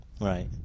Right